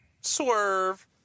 Swerve